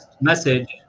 message